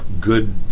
good